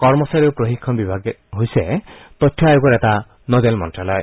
কৰ্মচাৰী আৰু প্ৰশিক্ষণ বিভাগ হৈছে তথ্য আয়োগৰ এটা নডেল মন্ত্ৰ্যালয়